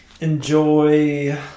enjoy